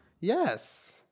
yes